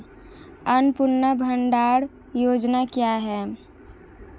अन्नपूर्णा भंडार योजना क्या है?